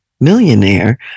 millionaire